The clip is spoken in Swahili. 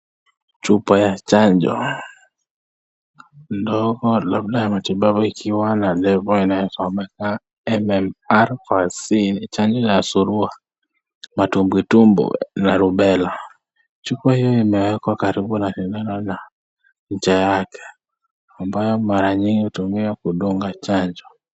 Chupa ya chanjo ndogo labda ya matibabu labda ikiwa na lebo inayosomeka kama MMR[ Vaccine] chanjo ya surua, matumbwitumbwi na rubela. Chupa hii imewekwa karibu na sindano na ncha yake, ambayo mara nyingi hutumiwa kudunga chanjo.